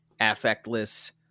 affectless